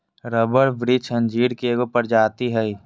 rubber वृक्ष अंजीर के एगो प्रजाति हइ